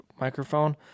microphone